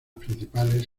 principales